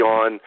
on